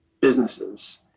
businesses